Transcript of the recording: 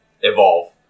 Evolve